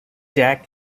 jack